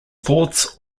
thoughts